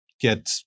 get